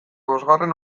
bosgarren